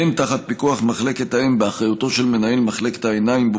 הן תחת פיקוח מחלקת האם באחריותו של מנהל מחלקת העיניים שבו